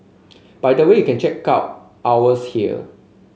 by the way you can check out ours here